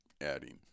adding